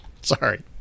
Sorry